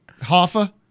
Hoffa